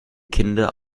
kinde